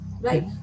Right